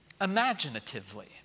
imaginatively